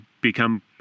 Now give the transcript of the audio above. become